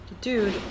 dude